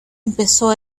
empezó